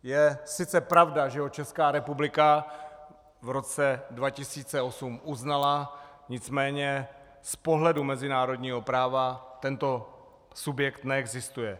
Je sice pravda, že ho Česká republika v roce 2008 uznala, nicméně z pohledu mezinárodního práva tento subjekt neexistuje.